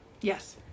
Yes